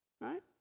right